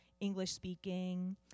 English-speaking